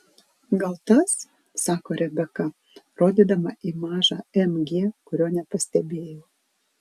gal tas sako rebeka rodydama į mažą mg kurio nepastebėjau